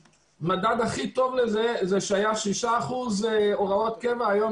המדד הכי טוב לזה הוא שמספר הוראות הקבע עמד על 6% והיום